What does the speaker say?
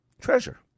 treasure